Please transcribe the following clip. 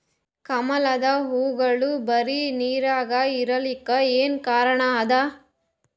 ಕಮಲದ ಹೂವಾಗೋಳ ಬರೀ ನೀರಾಗ ಇರಲಾಕ ಏನ ಕಾರಣ ಅದಾ?